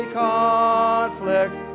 conflict